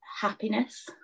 happiness